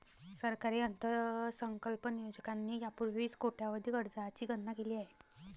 सरकारी अर्थसंकल्प नियोजकांनी यापूर्वीच कोट्यवधी कर्जांची गणना केली आहे